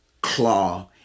claw